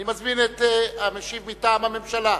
אני מזמין את המשיב מטעם הממשלה,